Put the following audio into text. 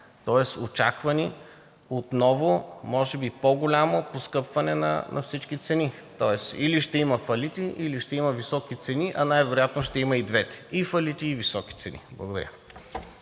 лв. Очаква ни отново може би по-голямо поскъпване на всички цени, тоест или ще има фалити, или ще има високи цени, а най-вероятно ще има и двете – и фалити, и високи цени. Благодаря.